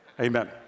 Amen